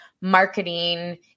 marketing